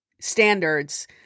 standards